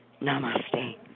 Namaste